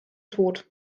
tod